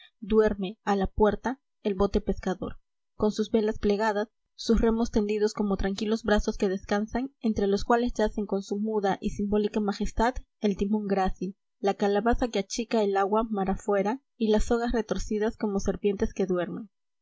duerme a la puerta el bote pescador con sus velas plegadas sus remos tendidos como tranquilos brazos que descansan entre los cuales yacen con su muda y simbólica majestad el timón grácil la calabaza que achica ol agua mar afuera y las sogas retorcidas como serpientes que duermen